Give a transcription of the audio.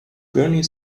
gurnee